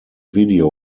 video